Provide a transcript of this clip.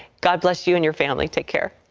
god bless you and your family. take care.